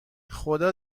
خدا